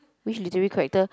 which literary character